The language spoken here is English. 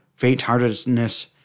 faint-heartedness